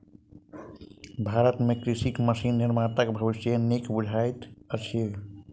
भारत मे कृषि मशीन निर्माताक भविष्य नीक बुझाइत अछि